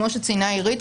כמו שציינה עירית,